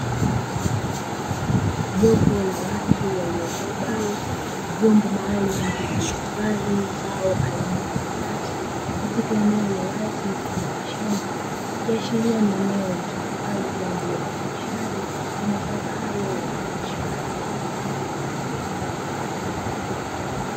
Jopo la watu waliobeba vyombo maalumu vilivyohifadhi zao aina ya mananasi katika eneo la wazi mfano wa shamba, ikiashiria kuwa ni eneo litumikalo kwa ajili ya uzalishaji wa mazao hayo ya biashara.